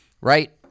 right